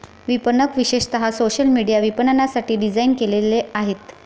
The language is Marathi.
विपणक विशेषतः सोशल मीडिया विपणनासाठी डिझाइन केलेले आहेत